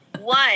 one